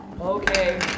Okay